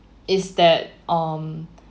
is that um